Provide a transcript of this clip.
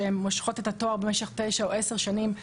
שהן מושכות את התואר במשך 10-9 שנים,